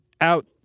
out